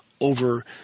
over